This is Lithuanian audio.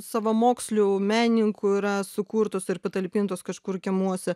savamokslių menininkų yra sukurtos ir patalpintos kažkur kiemuose